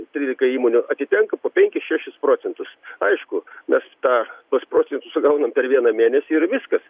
trylikai įmonių atitenka po penkis šešis procentus aišku mes tą tuos procentus sugaunam per vieną mėnesį ir viskas